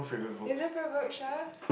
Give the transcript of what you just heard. you no favourite book sure